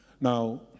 Now